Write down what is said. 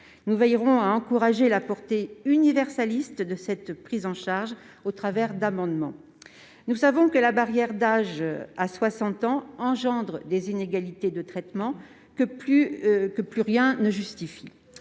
Nous veillerons à encourager la portée universaliste de la prise en charge au travers d'amendements. Nous le savons, la barrière d'âge à 60 ans crée des inégalités de traitement que plus rien ne justifie.